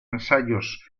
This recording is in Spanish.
ensayos